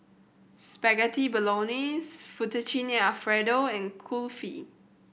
Spaghetti Bolognese Fettuccine Alfredo and Kulfi